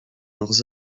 leurs